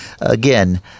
again